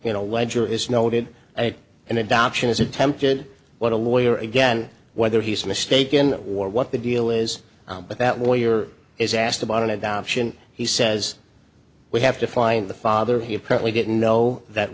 you know ledger is noted and adoption is attempted what a lawyer again whether he's mistaken or what the deal is but that warrior is asked about an adoption he says we have to find the father he apparently didn't know that